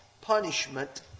punishment